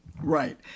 Right